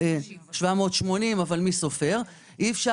איך אנחנו